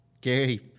Gary